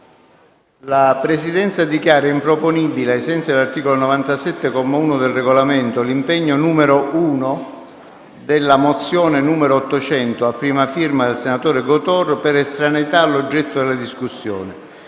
la Presidenza dichiara improponibile, ai sensi dell'articolo 97 comma 1 del Regolamento, l'impegno 1) della mozione n. 800 a prima firma del senatore Gotor, per estraneità all'oggetto della discussione.